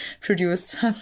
produced